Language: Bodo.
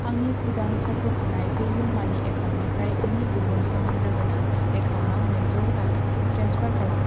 आंनि सिगां सायख'खानाय पेइउमानि एकाउन्टनिफ्राय आंनि गुबुन सोमोन्दो गोनां एकाउन्टाव नैजौ रां ट्रेन्सफार खालाम